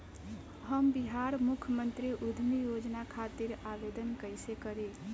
हम बिहार मुख्यमंत्री उद्यमी योजना खातिर आवेदन कईसे करी?